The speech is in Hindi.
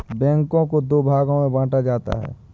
बैंकों को दो भागों मे बांटा जाता है